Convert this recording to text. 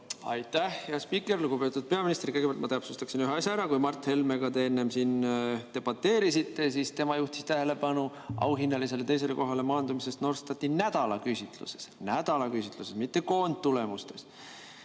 Aitäh, hea spiiker! Lugupeetud peaminister! Kõigepealt ma täpsustaksin ühe asja ära. Kui te Mart Helmega enne siin debateerisite, siis tema juhtis tähelepanu [teie erakonna] auhinnalisele teisele kohale maandumisele Norstati nädala küsitluses. Nädala küsitluses, mitte koondtulemustes!